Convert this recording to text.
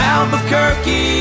Albuquerque